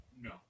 no